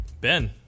Ben